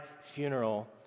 funeral